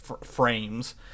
frames